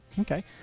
Okay